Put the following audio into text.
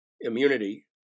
immunity